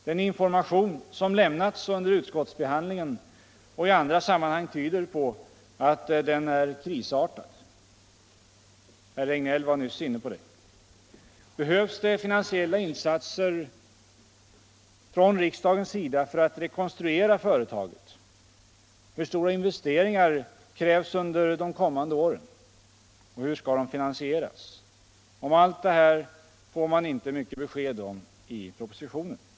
Den information som lämnats under utskottsbehandlingen och i andra sammanhang tyder på att den är krisartad — herr Regnéll var nyss inne på detta. Behövs det finansiella insatser från riksdagens sida för att rekonstruera företaget? Hur stora investeringar krävs under de kommande åren? Hur skall de finansieras? Om allt detta får man knappast något besked i propositionen.